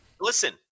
Listen